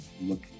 look